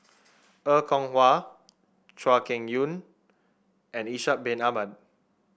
Er Kwong Wah Chuan Keng and Ishak Bin Ahmad